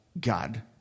God